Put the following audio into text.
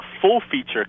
full-feature